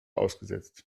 ausgesetzt